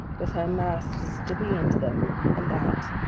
with her masts dipping into them, and that,